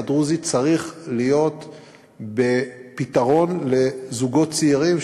הדרוזית צריך להיות בפתרון לזוגות צעירים,